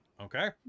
Okay